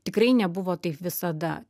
tikrai nebuvo taip visada